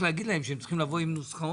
להגיד להם שהם צריכים לבוא עם נוסחאות.